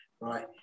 right